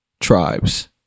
tribes